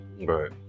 right